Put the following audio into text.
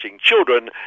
children